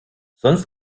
sonst